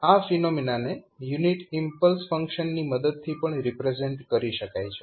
આ ફિનોમિનાને unit impulse ફંક્શનની મદદથી પણ રિપ્રેઝેન્ટ કરી શકાય છે